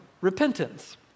repentance